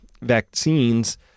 vaccines